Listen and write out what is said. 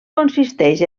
consisteix